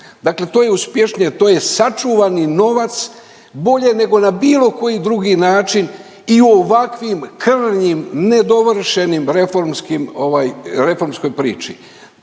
dakle to je uspješnije, to je sačuvani novac bolje nego na bilo koji drugi način i u ovakvim krvnim nedovršenim reformskim